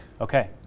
okay